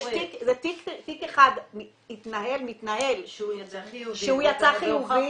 יש תיק אחד שמתנהל שהוא יצא חיובי,